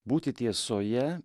būti tiesoje